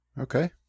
Okay